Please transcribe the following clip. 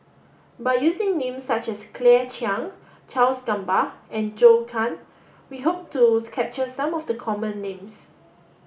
by using names such as Claire Chiang Charles Gamba and Zhou Can we hope capture some of the common names